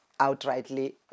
outrightly